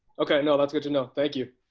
okay no, that's good to know. thank you.